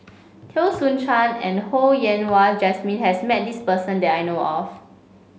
Teo Soon Chuan and Ho Yen Wah Jesmine has met this person that I know of